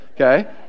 Okay